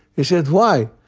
he said, why?